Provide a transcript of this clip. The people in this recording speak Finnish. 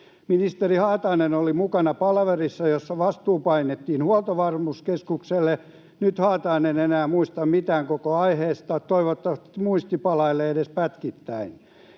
Ministeri Haatainen oli mukana palaverissa, jossa vastuu painettiin Huoltovarmuuskeskukselle. Nyt Haatainen ei enää muista mitään koko aiheesta. Toivottavasti muisti palailee edes pätkittäin.